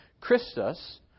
Christus